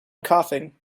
coughing